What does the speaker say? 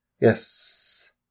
Yes